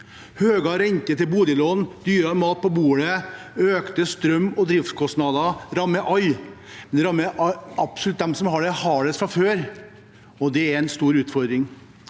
Høyere renter på boliglån, dyrere mat på bordet og økte strøm- og driftskostnader rammer alle. Det rammer absolutt dem som har det hardest fra før, og det er en stor utfordring.